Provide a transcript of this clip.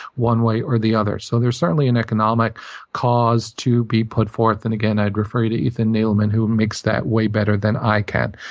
one way or the other. so there's certainly an economic cause to be put forth. and again, i'd refer you to ethan nadlemann, who makes that way better than i can.